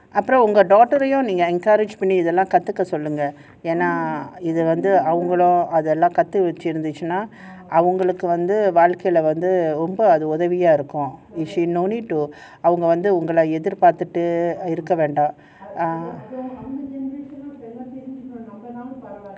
ஒங்க:onga daughter encourage பண்ணி இதெல்லாம் கத்துக்க சொல்லுங்க:panni ithellam kaththukka sollunga if she no need to யேன்னா இது வந்து அவங்க அதெல்லாம் கத்து வெச்சி இருந்துதுனாஅவங்களுக்கு வாழ்க்கைல ரொம்ப உதவியா இருக்கும்:yenna ithu vanthu aavanga athellam kaththu vechchu irunthuthunaa vangalukku vaazhkaila romba uthaviyaa irukkum ah